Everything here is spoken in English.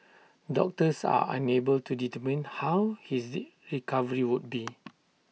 doctors are unable to determine how his recovery would be